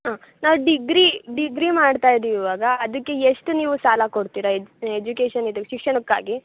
ಹಾಂ ನಾವು degree degree ಮಾಡ್ತಾಯಿದಿವಿ ಇವಾಗ ಅದಕ್ಕೆ ಎಷ್ಟು ನೀವು ಸಾಲ ಕೊಡ್ತೀರಾ ಎಜುಕೇಷನ್ ಇದು ಶಿಕ್ಷಣಕ್ಕಾಗಿ